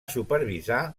supervisar